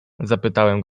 zapytałem